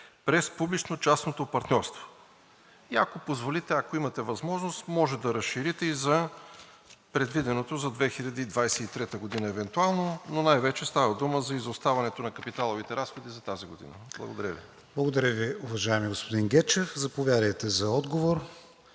чрез публично-частното партньорство? Ако позволите, ако имате възможност – можете да разширите и за предвиденото за 2023 г. евентуално, но най-вече става дума за изоставането на капиталовите разходи за тази година. Благодаря Ви. ПРЕДСЕДАТЕЛ КРИСТИАН ВИГЕНИН: Благодаря Ви, уважаеми господин Гечев. Заповядайте за отговор,